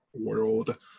world